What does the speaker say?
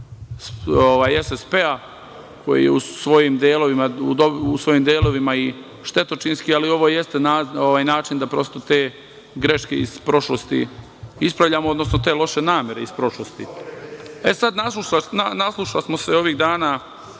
SSP koji u svojim delovima i štetočinski, ali ovo jeste način da prosto te greške iz prošlosti ispravljamo, odnosno te loše namere iz prošlosti.E sada, naslušasmo se ovih dana